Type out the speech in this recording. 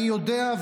אני יודע,